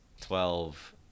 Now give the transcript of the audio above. twelve